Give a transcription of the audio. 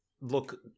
look